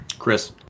Chris